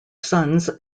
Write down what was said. sons